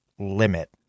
limit